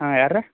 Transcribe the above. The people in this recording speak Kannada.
ಹಾಂ ಯಾರು ರೀ